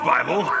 Bible